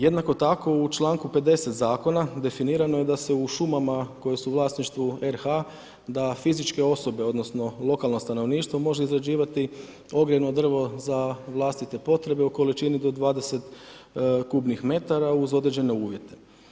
Jednako tako u čl.50. zakona definirano je da se u šumama koje su u vlasništvu RH, da fizičke osobe, odnosno, lokalno stanovništva, može izrađivati ognojeno drvno za vlastite potrebe u količini do 20 kubnih metara, uz određene uvjete.